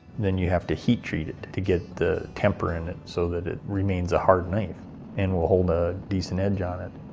then you have to heat treat it to get temper in it so that it remains a hard knife and will hold a decent edge on it.